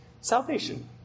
Salvation